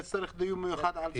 צריך דיון מיוחד על זה.